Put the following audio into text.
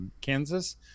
Kansas